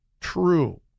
true